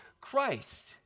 Christ